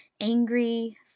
angry